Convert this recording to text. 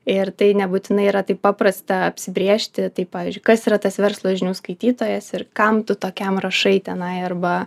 ir tai nebūtinai yra taip paprasta apsibrėžti tai pavyzdžiui kas yra tas verslo žinių skaitytojas ir kam tu tokiam rašai tenai arba